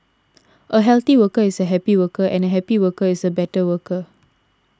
a healthy worker is a happy worker and a happy worker is a better worker